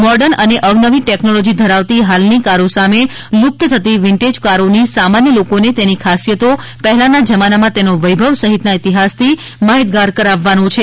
modern અને અવનવી technology ધરાવતી હાલની કારો સામે લુપ્ત થતી વિન્ટેજ કારોની સામાન્ય લોકોને તેની ખાસિયતો પહેલાના જમાનામાં તેનો વૈભવ સહિતના ઈતિહાસથી માહિતગાર કરાવાનો છે